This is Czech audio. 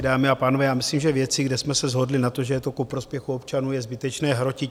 Dámy a pánové, já myslím, že věci, kde jsme se shodli na tom, že je to ku prospěchu občanů, je zbytečné hrotit.